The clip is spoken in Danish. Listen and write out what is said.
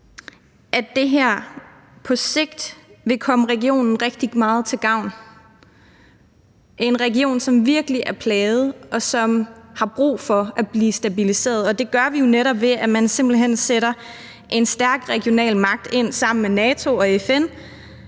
at det her på sigt vil komme regionen rigtig meget til gavn – en region, som virkelig er plaget, og som har brug for at blive stabiliseret. Og det gør vi netop ved at sætte en stærk regional magt ind sammen med NATO og FN